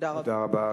תודה רבה.